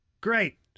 Great